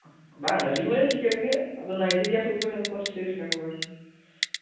ᱵᱟᱝ ᱟᱞᱤᱧ ᱢᱟᱞᱤᱧ ᱴᱷᱤᱠᱟᱹᱱ ᱜᱮ ᱱᱟᱭᱡᱮᱨᱤᱭᱟ ᱥᱮᱫ ᱠᱷᱚᱱ ᱵᱮᱱ ᱟᱹᱜᱩ ᱠᱚᱣᱟ ᱥᱮ ᱪᱮᱫ ᱞᱟᱹᱭ ᱟᱠᱟᱫ ᱠᱚᱣᱟ ᱵᱮᱱ